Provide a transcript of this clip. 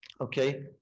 okay